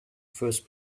first